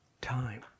time